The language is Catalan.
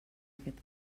aquest